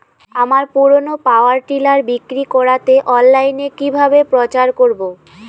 আমার পুরনো power tiller বিক্রি করাতে অনলাইনে কিভাবে প্রচার করব?